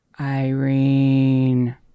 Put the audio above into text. Irene